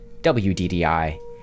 WDDI